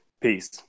Peace